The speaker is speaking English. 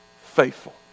faithful